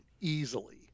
easily